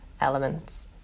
elements